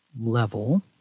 level